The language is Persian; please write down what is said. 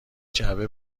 جعبه